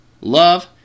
love